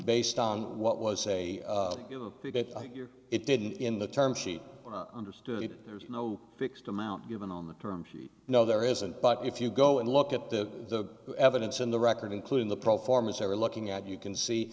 based on what was a year it did in the term sheet understood there's no fixed amount given on the term sheet no there isn't but if you go and look at the evidence in the record including the pro forma sara looking at you can see